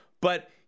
But-